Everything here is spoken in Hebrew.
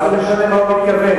מה זה משנה למה הוא מתכוון,